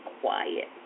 quiet